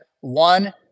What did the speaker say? One